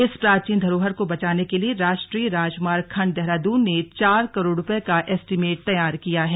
इस प्राचीन धरोहर को बचाने के लिए राष्ट्रीय राजमार्ग खंड देहरादून ने चार करोड़ रुपये का एस्टीमेट तैयार किया है